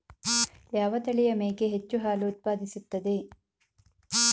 ಯಾವ ತಳಿಯ ಮೇಕೆ ಹೆಚ್ಚು ಹಾಲು ಉತ್ಪಾದಿಸುತ್ತದೆ?